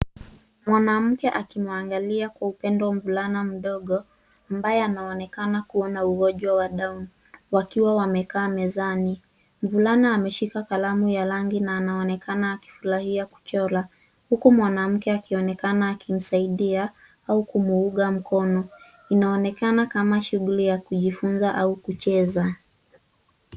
Mwanamke akimwangalia kwa upendo mvulana mdogo ambaye anaonekana kuwa na ugonjwa wa damu, wakiwa wamekaa mezani. Mvulana ameshika kalamu ya rangi na anaonenaka akifurahia kuchora. Huku mwanamke akionekana akimsaidia au kumuunga mkono. Inaonekana kama shughuli ya kijifunza au kucheza.